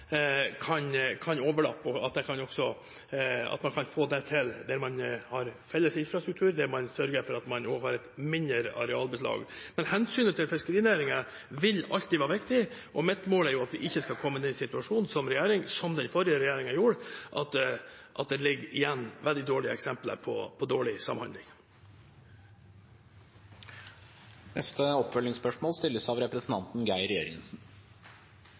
kan overlappe, og at man også kan få det til der man har felles infrastruktur, der man sørger for at man også har et mindre arealbeslag. Men hensynet til fiskerinæringen vil alltid være viktig, og mitt mål er at vi ikke skal komme i den situasjonen som den forrige regjeringen gjorde, at det ligger igjen veldig dårlige eksempler på dårlig samhandling. Geir Jørgensen – til oppfølgingsspørsmål.